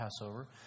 Passover